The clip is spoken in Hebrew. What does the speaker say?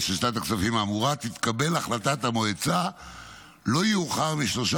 תתקבל החלטת המועצה לא יאוחר משלושה